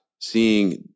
seeing